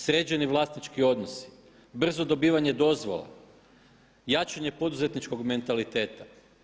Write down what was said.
Sređeni vlasnički odnosi, brzo dobivanje dozvola, jačanje poduzetničkog mentaliteta.